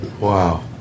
Wow